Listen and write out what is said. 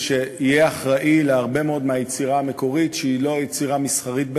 ושתהיה אחראית להרבה מאוד מהיצירה המקורית שהיא לא יצירה מסחרית בהכרח.